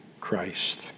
Christ